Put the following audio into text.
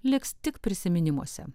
liks tik prisiminimuose